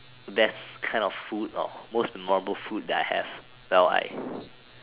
that is kind of food or most memorable food that I have well I